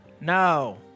No